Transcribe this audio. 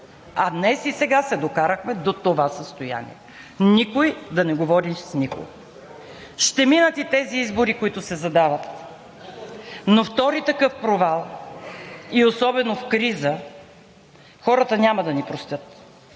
А днес и сега се докарахме до това състояние – никой да не говори с никого. Ще минат и тези избори, които се задават, но втори такъв провал, и особено в криза, хората няма да ни простят.